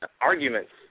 arguments